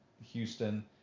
Houston